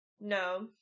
No